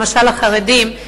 למשל החרדים,